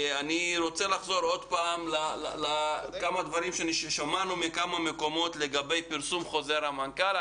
אני רוצה לחזור לכמה דברים ששמענו מכמה מקומות לגבי פרסום חוזר המנכ"ל.